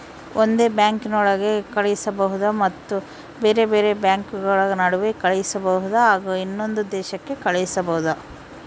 ಒಂದೇ ಬ್ಯಾಂಕಿನೊಳಗೆ ಕಳಿಸಬಹುದಾ ಮತ್ತು ಬೇರೆ ಬೇರೆ ಬ್ಯಾಂಕುಗಳ ನಡುವೆ ಕಳಿಸಬಹುದಾ ಹಾಗೂ ಇನ್ನೊಂದು ದೇಶಕ್ಕೆ ಕಳಿಸಬಹುದಾ?